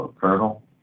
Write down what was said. Colonel